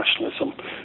nationalism